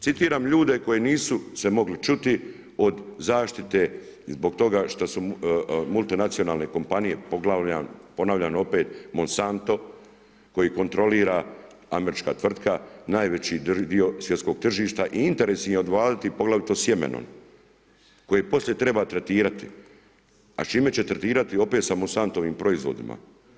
Citiram ljude koji nisu se mogli čuti od zaštite zbog toga što su multinacionalne kompanije ponavljam opet, Monsanto, koji kontrolira američka tvrtka, najveći dio svjetskog tržišta i interes im je odvaliti poglavito sjemenom koji poslije treba tretirati a s čime će tretirati, opet sa Monsantovim proizvodima.